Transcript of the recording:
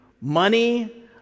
money